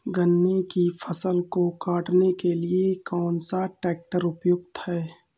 गन्ने की फसल को काटने के लिए कौन सा ट्रैक्टर उपयुक्त है?